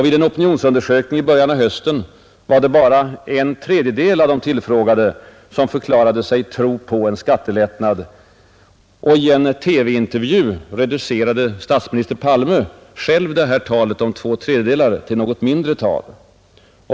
Vid en opinionsundersökning i början av hösten var det bara en tredjedel av de tillfrågade som förklarade sig tro på en skattelättnad. I en TV-intervju reducerade statsminister Palme själv detta tal om två tredjedelar till ett något mindre tal.